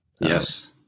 Yes